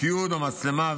תיעוד או מצלמה,